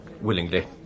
Willingly